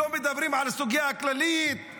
שלא מדברים על הסוגיה הכללית,